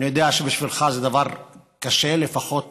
אני יודע שבשבילך זה דבר קשה, לפחות